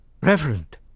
Reverend